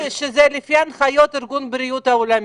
אמרו לי שזה לפי הנחיות ארגון הבריאות העולמית.